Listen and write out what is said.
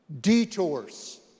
detours